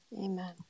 Amen